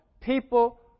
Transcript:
people